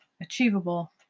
achievable